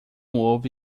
houve